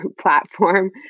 platform